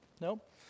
Nope